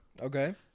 Okay